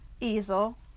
easel